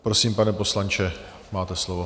Prosím, pane poslanče, máte slovo.